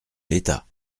l’état